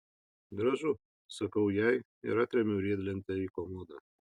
gražu sakau jai ir atremiu riedlentę į komodą